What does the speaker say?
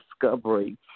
discovery